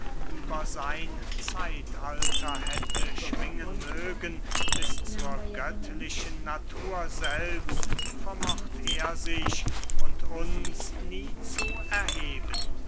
über sein zeitalter hätte schwingen mögen bis zur göttlichen natur selbst vermocht er sich und uns nie zu erheben